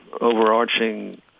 overarching